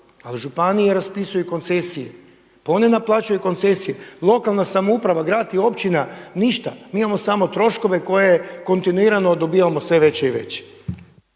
ali županije raspisuju koncesije, pa one naplaćuju koncesije. Lokalna samouprava, grad i općina, ništa, mi imamo samo troškove koje kontinuirano dobivamo sve veće i veće.